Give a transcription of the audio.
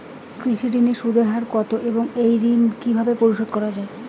কৃষি ঋণের সুদের হার কত এবং এই ঋণ কীভাবে শোধ করা য়ায়?